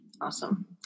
Awesome